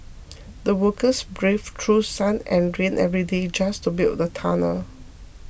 the workers braved through sun and rain every day just to build the tunnel